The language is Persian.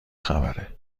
خبره